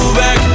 back